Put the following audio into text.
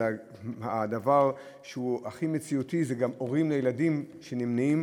אלא המציאות היא שגם הורים לילדים נמנעים